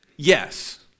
Yes